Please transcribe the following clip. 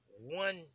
one